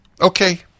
Okay